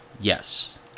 Yes